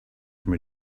from